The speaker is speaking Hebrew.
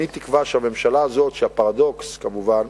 אני תקווה שהממשלה הזאת, והפרדוקס, כמובן,